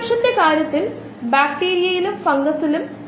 50 metre വ്യാസമുള്ള pipe വലുപ്പം സങ്കൽപ്പിക്കാൻ പോലും കഴിയില്ല